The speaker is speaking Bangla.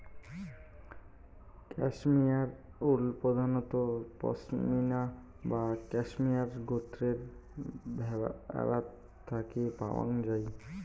ক্যাশমেয়ার উল প্রধানত পসমিনা বা ক্যাশমেয়ারে গোত্রের ভ্যাড়াত থাকি পাওয়াং যাই